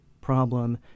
problem